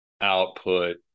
output